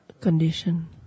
condition